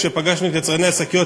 כשפגשנו את יצרני השקיות,